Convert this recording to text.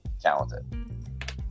talented